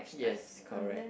yes correct